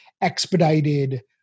expedited